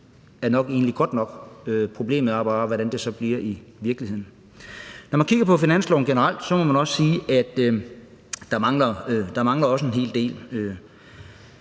er godt nok, men problemet er bare, hvordan det så bliver i virkeligheden. Kl. 10:49 Når man kigger på finansloven generelt, må man også sige, at der også mangler en hel del.